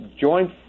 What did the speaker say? joint